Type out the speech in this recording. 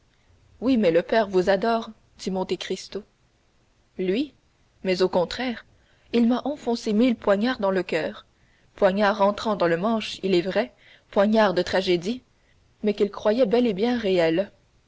oui mais le père vous adore dit monte cristo lui mais au contraire il m'a enfoncé mille poignards dans le coeur poignards rentrant dans le manche il est vrai poignards de tragédie mais qu'il croyait bel et bien réels